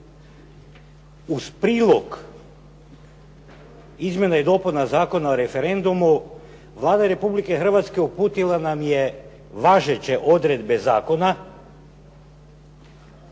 uz prilog izmjena i dopuna Zakona o referendumu Vlada Republike Hrvatske uputila nam je važeće odredbe zakona